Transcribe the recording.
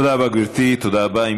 תודה רבה, גברתי, תודה רבה.